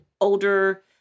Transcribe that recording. older